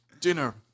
dinner